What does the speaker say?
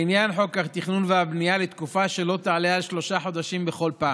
לעניין חוק התכנון והבנייה לתקופה שלא תעלה על שלושה חודשים בכל פעם.